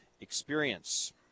experience